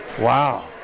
Wow